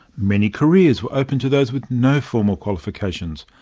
many careers were open to those with no formal qualifications,